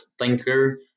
thinker